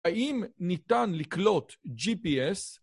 האם ניתן לקלוט ג'י-פי-אס?